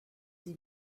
des